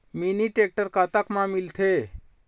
Mini tractor कतक म मिलथे?